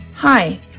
Hi